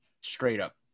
straight-up